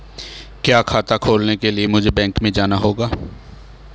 क्या खाता खोलने के लिए मुझे बैंक में जाना होगा?